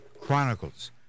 Chronicles